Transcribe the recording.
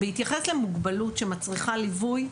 בהתייחס למוגבלות שמצריכה ליווי,